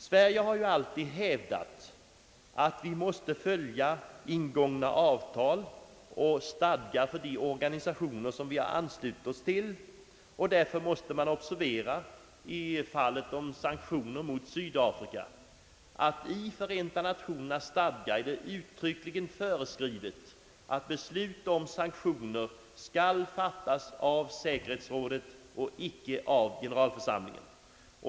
Sverige har alltid hävdat att vårt land bör följa ingångna avtal och stadgar för de organisationer, som vi har anslutit oss till. Man måste därför observera i fallet om sanktioner mot Sydafrika att det i Förenta Nationernas stadgar uttryckligen är föreskrivet att beslut om sanktioner skall fattas av säkerhetsrådet och icke av generalförsamlingen.